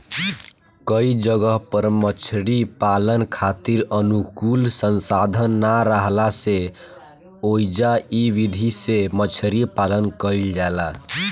कई जगह पर मछरी पालन खातिर अनुकूल संसाधन ना राहला से ओइजा इ विधि से मछरी पालन कईल जाला